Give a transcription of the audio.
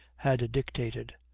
had dictated.